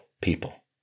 people